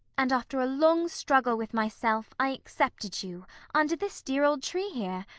and after a long struggle with myself i accepted you under this dear old tree here.